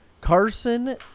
Carson